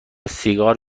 سیگار